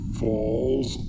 falls